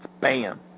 Bam